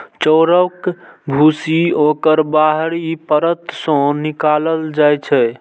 चाउरक भूसी ओकर बाहरी परत सं निकालल जाइ छै